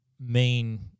main